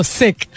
sick